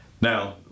Now